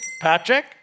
Patrick